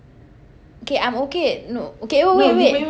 okay I'm okay no okay oh wait wait wait